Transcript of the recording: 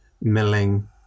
milling